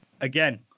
Again